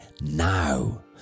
now